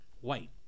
white